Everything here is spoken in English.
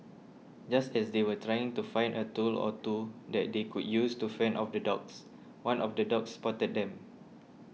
just as they were trying to find a tool or two that they could use to fend off the dogs one of the dogs spotted them